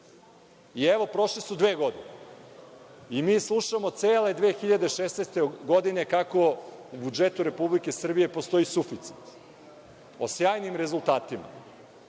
važi. Evo, prošle su dve godine i mi slušamo cele 2016. godine kako u budžetu Republike Srbije postoji suficit, o sjajnim rezultatima,